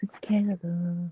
together